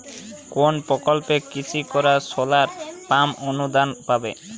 কোন প্রকল্পে কৃষকরা সোলার পাম্প অনুদান পাবে?